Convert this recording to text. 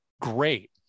great